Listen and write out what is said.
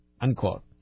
Unquote